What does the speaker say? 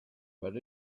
but